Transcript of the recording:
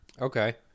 Okay